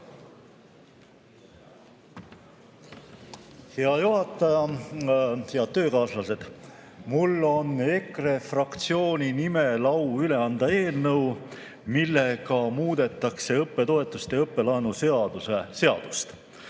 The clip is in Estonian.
Hea juhataja! Head töökaaslased! Mul on EKRE fraktsiooni nimel au anda üle eelnõu, millega muudetakse õppetoetuste ja õppelaenu seadust.